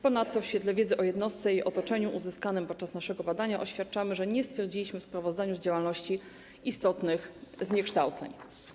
Ponadto w świetle wiedzy o jednostce i jej otoczeniu uzyskanej podczas naszego badania oświadczamy, że nie stwierdziliśmy w sprawozdaniu z działalności istotnych zniekształceń.